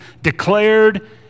declared